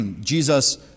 Jesus